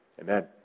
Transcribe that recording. Amen